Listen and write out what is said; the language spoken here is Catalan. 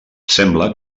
sembla